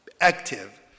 active